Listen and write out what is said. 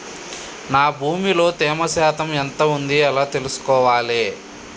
నా భూమి లో తేమ శాతం ఎంత ఉంది ఎలా తెలుసుకోవాలే?